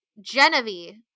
Genevieve